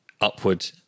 upward